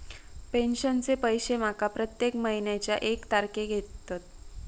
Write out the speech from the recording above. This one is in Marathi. पेंशनचे पैशे माका प्रत्येक महिन्याच्या एक तारखेक येतत